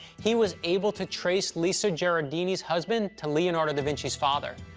he was able to trace lisa gherardini's husband to leonardo da vinci's father.